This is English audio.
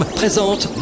présente